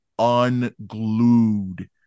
unglued